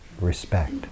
respect